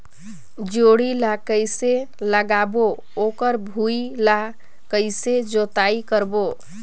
जोणी ला कइसे लगाबो ओकर भुईं ला कइसे जोताई करबो?